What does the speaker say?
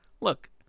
Look